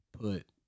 put